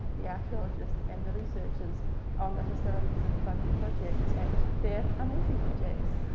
yeah archaeologists, and the researchers on the historic england funded project, and they're amazing objects.